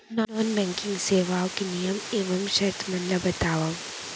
non banking सेवाओं के नियम एवं शर्त मन ला बतावव